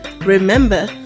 Remember